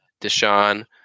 deshaun